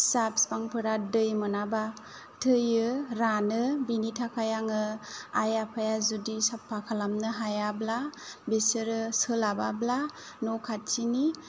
फिसा बिफांफोरा दै मोनाब्ला थैयो रानो बेनि थाखाय आं आइ आफाया जुदि साफा खालामनो हायाब्ला बिसोरो सोलाबाब्ला न' खाथि नि